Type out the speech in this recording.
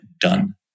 done